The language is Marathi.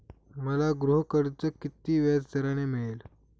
मला गृहकर्ज किती व्याजदराने मिळेल?